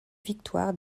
victoire